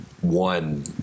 one